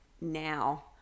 now